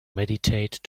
meditate